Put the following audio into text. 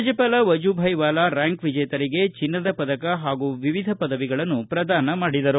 ರಾಜ್ಯಪಾಲ ವಜೂಭಾಯ್ ವಾಲಾ ರ್ನಾಂಕ್ ವಿಜೇತರಿಗೆ ಚಿನ್ನದ ಪದಕ ಪಾಗೂ ವಿವಿಧ ಪದವಿಗಳನ್ನು ಪ್ರದಾನ ಮಾಡಿದರು